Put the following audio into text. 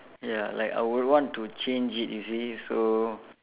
ya like I would want to change it you see so